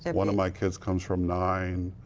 and one of my kids comes from nine.